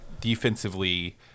defensively